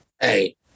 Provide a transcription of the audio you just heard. Hey